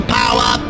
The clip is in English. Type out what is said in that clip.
power